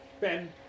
Ben